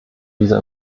diese